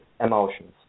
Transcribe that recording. emotions